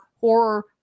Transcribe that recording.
horror